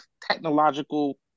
technological